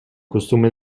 costume